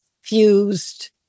fused